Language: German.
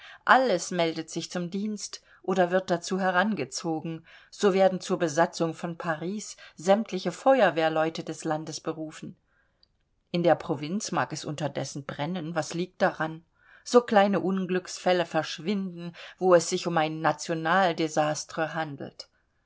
alles meldet sich zum dienst oder wird dazu herangezogen so werden zur besatzung von paris sämtliche feuerwehrleute des landes berufen in der provinz mag es unterdessen brennen was liegt daran so kleine unglücksfälle verschwinden wo es sich um ein national desastre handelt